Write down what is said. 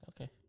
Okay